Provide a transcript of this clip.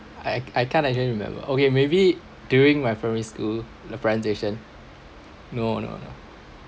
I I can't even remember okay maybe during my primary school the presentation no no no